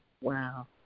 Wow